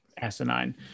asinine